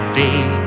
day